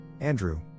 Andrew